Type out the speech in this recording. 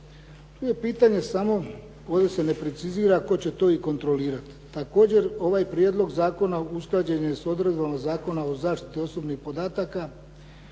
Tu je pitanje samo koje se ne precizira tko će to i kontrolirati. Također, ovaj prijedlog zakona usklađen je s odredbama Zakona o zaštiti osobnih podataka,